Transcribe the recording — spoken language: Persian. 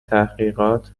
تحقیقات